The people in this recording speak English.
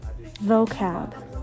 vocab